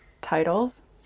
titles